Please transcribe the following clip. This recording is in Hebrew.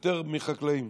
יותר מחקלאים.